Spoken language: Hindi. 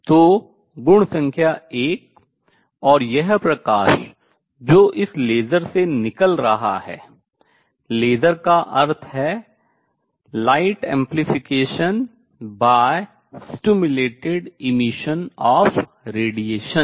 तो गुण संख्या 1 और यह प्रकाश जो इस लेसर से निकल रहा है लेसर का अर्थ है विकिरण के उद्दीपित उत्सर्जन द्वारा प्रकाश का प्रवर्धन